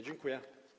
Dziękuję.